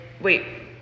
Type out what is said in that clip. wait